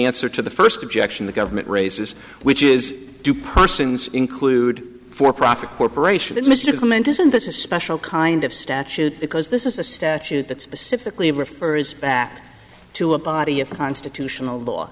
answer to the first objection the government raises which is due process include for profit corporation and mr clement isn't this a special kind of statute because this is a statute that specifically refers back to a body of constitutional law